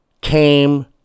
came